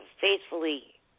faithfully